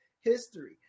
history